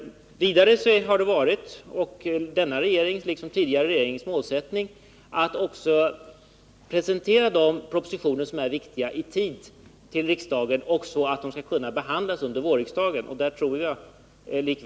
Det har varit denna regerings liksom den tidigare regeringens målsättning att presentera viktiga propositioner i tid, så att de skall kunna behandlas under vårriksdagen.